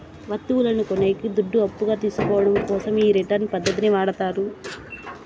వత్తువును కొనేకి దుడ్లు అప్పుగా తీసుకోవడం కోసం ఈ రిటర్న్స్ పద్ధతిని వాడతారు